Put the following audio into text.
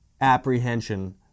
apprehension